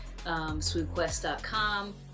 Swoopquest.com